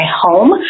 home